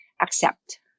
accept